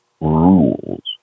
rules